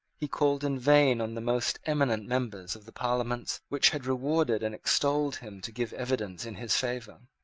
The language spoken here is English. he called in vain on the most eminent members of the parliaments which had rewarded and extolled him to give evidence in his favour.